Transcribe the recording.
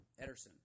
Ederson